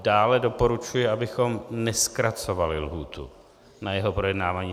Dále doporučuji, abychom nezkracovali lhůtu na jeho projednávání.